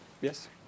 Yes